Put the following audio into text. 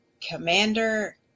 Commander